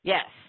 Yes